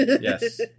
Yes